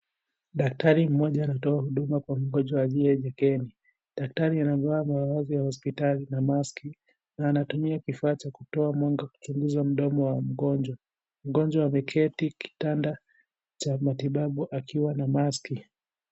Daktari mmoja anatoa huduma kwa mgonjwa aliyeketi. Daktari amevaa mavazi ya hospitali na maski na anatumia kifaa cha kutoa mwanga kwenye mdomo wa mgonjwa. Mgonjwa ameketi kitanda cha matibabu akiwa na maski.